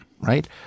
right